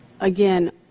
Again